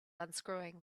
unscrewing